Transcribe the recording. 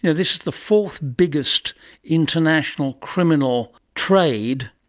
you know this is the fourth biggest international criminal trade,